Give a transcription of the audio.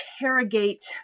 interrogate